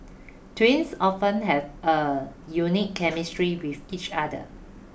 twins often have a unique chemistry with each other